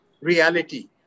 reality